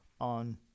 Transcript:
on